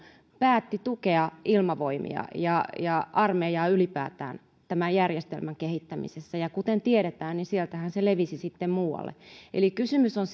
päätti tukea ilmavoimia ja ja armeijaa ylipäätään tämän järjestelmän kehittämisessä ja kuten tiedetään sieltähän se levisi sitten muualle eli kysymys on